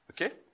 Okay